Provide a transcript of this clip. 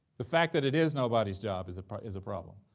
the fact that it is nobody's job is is a problem,